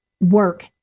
work